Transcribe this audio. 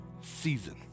season